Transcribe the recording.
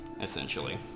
essentially